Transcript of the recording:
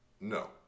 No